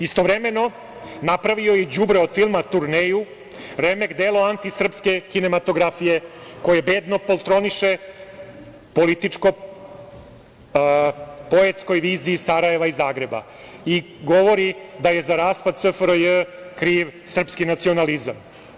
Istovremeno napravio je i đubre od filma, „Turneju“, remek delo antisrpske kinematografije koje bedno poltroniše političko poetskoj viziji Sarajeva i Zagreba i govori da je za raspad SFRJ kriv srpski nacionalizam.